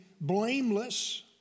blameless